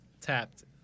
tapped